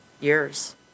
years